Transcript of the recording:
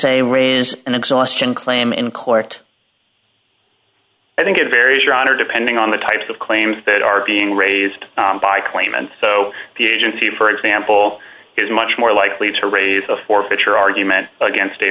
a and exhaustion claim in court i think it varies your honor depending on the types of claims that are being raised by claimant so the agency for example is much more likely to raise a forfeiture argument against